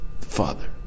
Father